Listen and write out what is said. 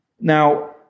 Now